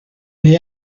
neu